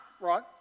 right